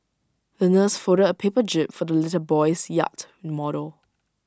the nurse folded A paper jib for the little boy's yacht model